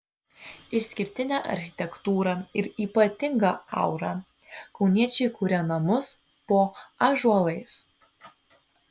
išskirtinė architektūra ir ypatinga aura kauniečiai kuria namus po ąžuolais